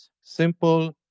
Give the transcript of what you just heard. simple